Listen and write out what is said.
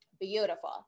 Beautiful